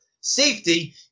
safety